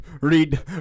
read